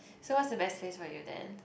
so where's the best place for you then